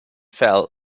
fell